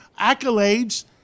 accolades